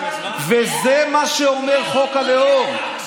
זה מה שאומר חוק הלאום,